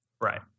Right